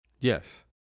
Yes